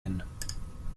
hin